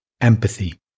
empathy